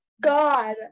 god